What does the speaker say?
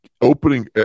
opening